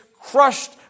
crushed